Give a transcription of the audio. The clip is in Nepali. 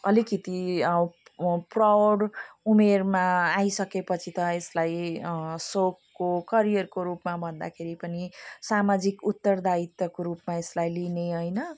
अलिकति प्रौढ उमेरमा आइसकेपछि त यसलाई सौकको करियरको रूपमा भन्दाखेरि पनि सामाजिक उत्तरद्वायित्वको रूपमा यसलाई लिने हैन